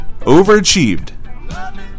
overachieved